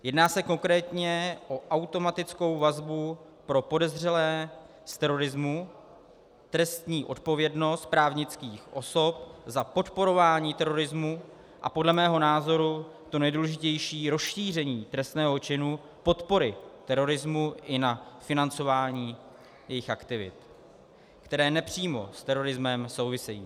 Jedná se konkrétně o automatickou vazbu pro podezřelé z terorismu, trestní odpovědnost právnických osob za podporování terorismu a podle mého názoru to nejdůležitější rozšíření trestného činu podpory terorismu i na financování jejich aktivit, které nepřímo s terorismem souvisejí.